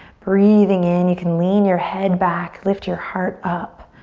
breathing in. you can lean your head back, lift your heart up.